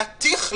להתיך,